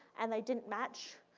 and they didn't match,